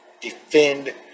defend